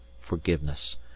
forgiveness